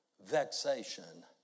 vexation